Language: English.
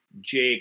Jake